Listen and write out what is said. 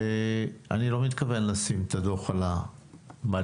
ואני לא מתכוון לשים את הדוח על המדף.